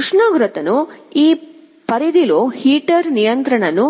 ఉష్ణోగ్రతను ఈ పరిధిలో హీటర్ నియంత్రణ ను